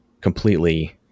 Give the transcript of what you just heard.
completely